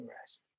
rest